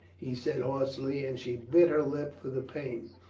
he said hoarsely, and she bit her lip for the pain.